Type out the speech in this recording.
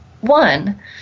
One